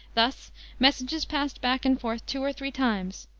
thus messages passed back and forth two or three times,